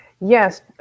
Yes